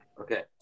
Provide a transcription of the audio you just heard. Okay